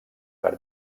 per